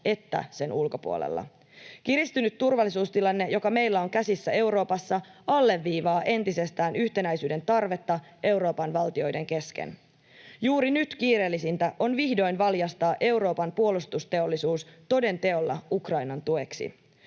että sen ulkopuolella. Kiristynyt turvallisuustilanne, joka meillä on käsissä Euroopassa, alleviivaa entisestään yhtenäisyyden tarvetta Euroopan valtioiden kesken. Juuri nyt kiireellisintä on vihdoin valjastaa Euroopan puolustusteollisuus toden teolla Ukrainan tueksi.